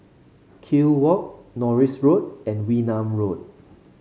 Kew Walk Norris Road and Wee Nam Road